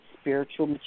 spiritual